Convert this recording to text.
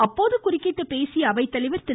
அப்போது குறுக்கிட்டு பேசிய அவைத்தலைவர் திரு